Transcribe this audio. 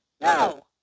No